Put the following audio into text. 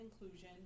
inclusion